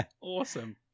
awesome